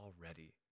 already